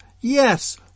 Yes